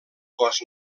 cos